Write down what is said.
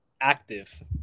active